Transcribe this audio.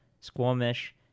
Squamish